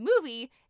movie